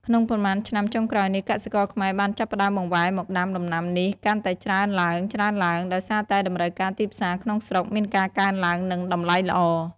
ក្នុងប៉ុន្មានឆ្នាំចុងក្រោយនេះ កសិករខ្មែរបានចាប់ផ្ដើមបង្វែរមកដាំដំណាំនេះកាន់តែច្រើនឡើងៗ ដោយសារតែតម្រូវការទីផ្សារក្នុងស្រុកមានការកើនឡើង និងតម្លៃល្អ។